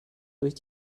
durch